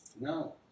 No